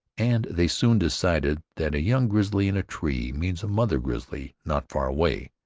and they soon decided that a young grizzly in a tree means a mother grizzly not far away,